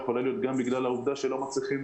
יכולה להיות גם בגלל העובדה שלא מצליחים